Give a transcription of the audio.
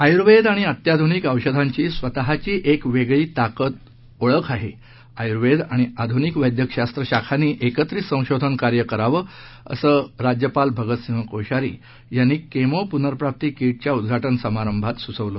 आयुर्वेद आणि अत्याधूनिक औषधांची स्वतःची एक वेगळी ताकद आणि ओळख आहेआयुर्वेद आणि आधूनिक वैद्यकशास्त्र शाखांनी एकत्रित संशोधन कार्य कराव असं राज्यपाल भगतसिंह कोश्यारी यांनी केमो पुनर्र्राप्ती किटच्या उद्घाटन समारंभात केलं